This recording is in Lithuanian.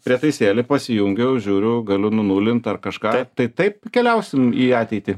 prietaisėlį pasijungiau žiūriu galiu nunulint ar kažką tai taip keliausim į ateitį